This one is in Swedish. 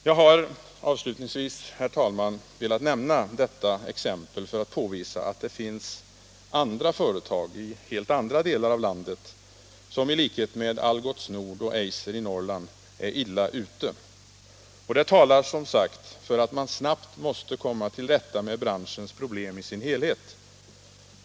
Jag har, herr talman, velat nämna detta exempel för att påvisa att det finns företag i helt andra delar av landet som i likhet med Algots Nord och Eiser i Norrland är illa ute. Det talar som sagt för att man snabbt måste komma till rätta med branschens problem i sin helhet.